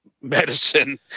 medicine